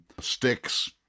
sticks